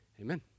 amen